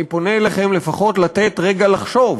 אני פונה אליכם לפחות לתת רגע לחשוב,